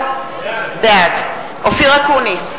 בעד אופיר אקוניס,